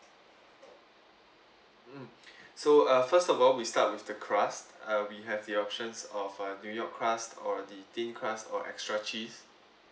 mm so uh first of all we start with the crust uh we have the options of uh new york crust or the thin crust or extra cheese